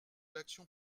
l’action